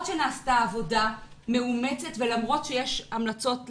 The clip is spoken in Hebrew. שנעשתה עבודה מאומצת ולמרות שיש המלצות לפתרון.